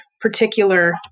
particular